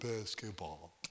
basketball